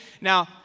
Now